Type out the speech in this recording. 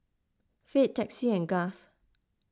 Fate Texie and Garth